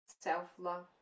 self-love